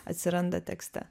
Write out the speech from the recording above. atsiranda tekste